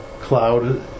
cloud